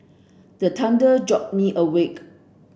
the thunder jolt me awake